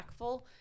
impactful